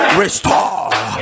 restore